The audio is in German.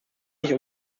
nicht